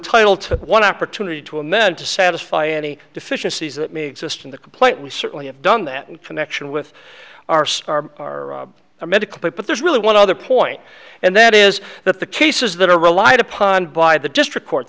to one opportunity to amend to satisfy any deficiencies that may exist in the complaint we certainly have done that in connection with our star are a medical but there's really one other point and that is that the cases that are relied upon by the district court